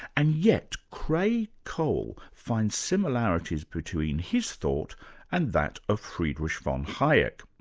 and yet creagh cole finds similarities between his thought and that of friedreich von hayek.